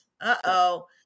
Uh-oh